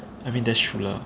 I mean that's true lah